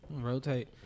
Rotate